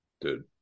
Dude